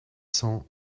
cent